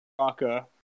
Raka